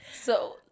So-